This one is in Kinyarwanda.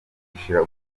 bishira